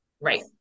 right